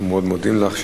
אנחנו מאוד מודים לך.